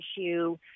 issue